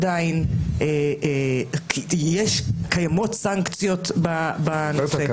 קיימות סנקציות בנושא.